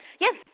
Yes